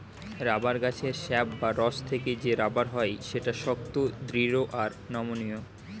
rubber গাছের sap বা রস থেকে যে রাবার হয় সেটা শক্ত, দৃঢ় আর নমনীয়